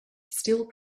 steel